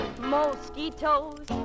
mosquitoes